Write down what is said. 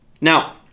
Now